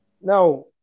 Now